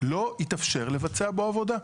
לא יתאפשר לבצע בו עבודה.